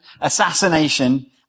assassination